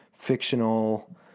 fictional